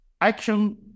action